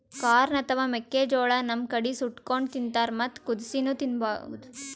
corn ಅಥವಾ ಮೆಕ್ಕಿಜೋಳಾ ನಮ್ ಕಡಿ ಸುಟ್ಟಕೊಂಡ್ ತಿಂತಾರ್ ಮತ್ತ್ ಕುದಸಿನೂ ತಿನ್ಬಹುದ್